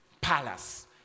palace